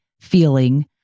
feeling